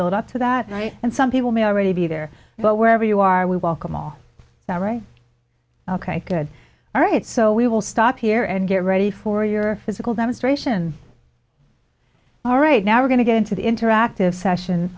build up to that night and some people may already be there but wherever you are we welcome all right good all right so we will stop here and get ready for your physical demonstration all right now we're going to get into the interactive session